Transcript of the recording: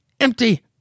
Empty